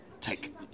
take